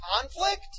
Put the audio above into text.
conflict